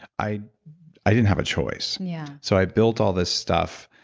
i i didn't have a choice yeah so i built all this stuff,